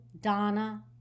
Donna